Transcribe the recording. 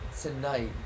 tonight